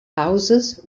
houses